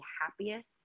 happiest